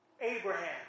Abraham